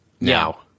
now